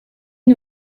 une